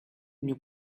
new